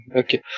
okay